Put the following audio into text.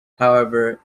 however